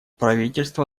правительства